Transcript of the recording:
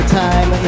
time